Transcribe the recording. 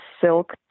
silk